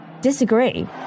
disagree